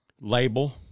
label